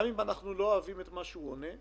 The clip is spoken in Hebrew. גם אם אנחנו לא אוהבים את מה שהוא עונה,